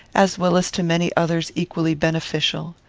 as well as to many others equally beneficial.